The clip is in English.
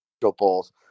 balls